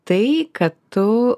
tai kad tu